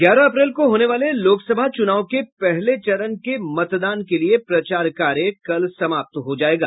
ग्यारह अप्रैल को होने वाले लोकसभा चुनाव के पहले चरण के मतदान के लिए प्रचार कार्य कल समाप्त हो जायेगा